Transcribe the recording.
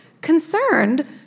Concerned